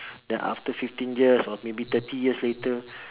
then after fifteen years or maybe thirty years later